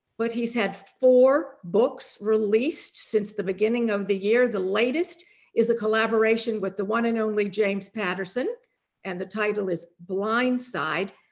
but he's had four books released since the beginning of the year, the latest is a collaboration with the one and only james patterson and the title is blindside.